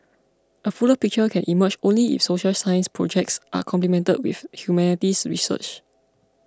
a fuller picture can emerge only if social science projects are complemented with humanities research